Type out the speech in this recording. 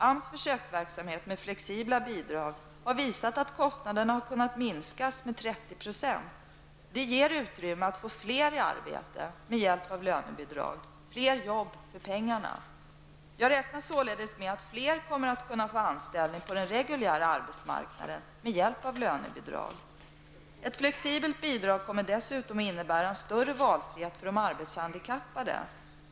AMS försöksverksamhet med flexibla bidrag har visat att kostnaderna har kunnat minskas med ca 30 %. Det ger utrymme för att få fler i arbete med hjälp av lönebidrag -- ''fler jobb för pengarna''. Jag räknar således med att fler kommer att kunna få anställning på den reguljära arbetsmarknaden med hjälp av lönebidrag. Ett flexibelt bidrag kommer dessutom att innebära en större valfrihet för de arbetshandikappade.